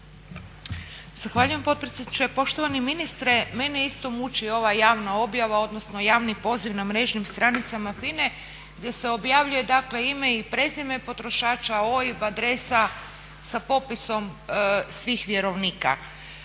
Zahvaljujem potpredsjedniče. Poštovani ministre, mene isto muči ova javna objava, odnosno javni poziv na mrežnim stranicama FINA-e gdje se objavljuj dakle ime i prezime potrošača, OIB, adresa, sa popisom svih vjerovnika.